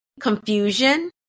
confusion